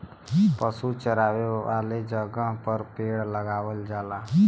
पशु चरावे वाला जगह पे पेड़ लगावल जाला